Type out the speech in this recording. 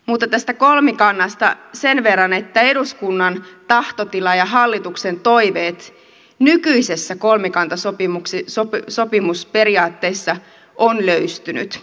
mutta tästä kolmikannasta sen verran että eduskunnan tahtotila ja hallituksen toiveet nykyisissä kolmikantasopimusperiaatteissa ovat löystyneet